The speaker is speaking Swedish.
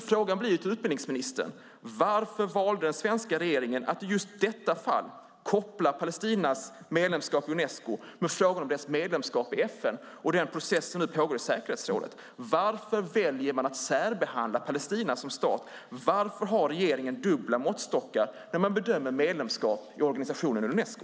Frågorna till utbildningsministern blir: Varför valde den svenska regeringen att i just detta fall koppla Palestinas medlemskap i Unesco till frågan om dess medlemskap i FN och den process som nu pågår i säkerhetsrådet? Varför väljer man att särbehandla Palestina som stat? Varför har regeringen dubbla måttstockar när man bedömer medlemskap i organisationen Unesco?